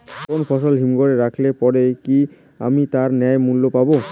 কোনো ফসল হিমঘর এ রাখলে পরে কি আমি তার ন্যায্য মূল্য পাব?